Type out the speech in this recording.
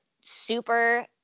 super